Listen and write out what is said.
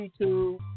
YouTube